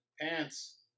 Pants